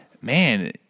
man